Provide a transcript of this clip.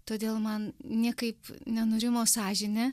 todėl man niekaip nenurimo sąžinė